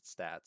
stats